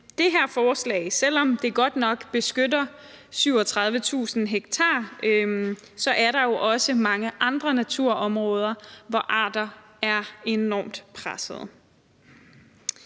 her forslag godt nok beskytter 37.000 ha, er der jo også mange andre naturområder, hvor arter er enormt presset.